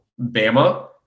Bama